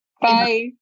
Bye